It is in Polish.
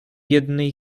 jednej